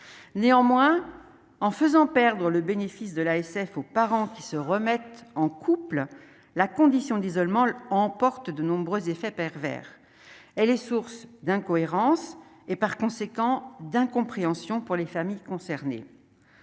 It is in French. néanmoins, en faisant perdre le bénéfice de l'ASF aux parents qui se remettent en couple, la condition d'isolement l'emporte de nombreux effets pervers : elle est source d'incohérences et par conséquent d'incompréhension pour les familles concernées,